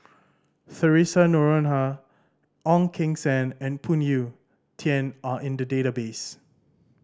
Theresa Noronha Ong Keng Sen and Phoon Yew Tien are in the database